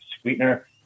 sweetener